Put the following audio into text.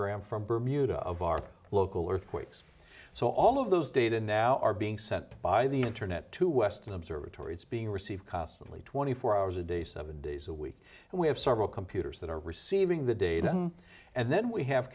seismogram from bermuda of our local earthquakes so all of those data now are being sent by the internet to western observatories being received costly twenty four hours a day seven days a week and we have several computers that are receiving the data and then we have